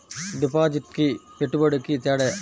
డిపాజిట్కి పెట్టుబడికి తేడా?